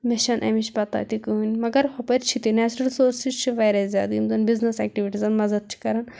مےٚ چھَنہٕ أمِچ پتا تہِ کٕہٕنۍ مگر ہۄپٲر چھِ تہِ نیچرَل رِسورسِز چھِ واریاہ زیادٕ یِم زَن بزنٮ۪س ایٚکٹِیوٹیٖزَن مدد چھِ کران